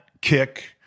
kick